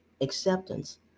acceptance